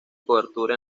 cobertura